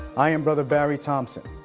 i am brother barry thompson.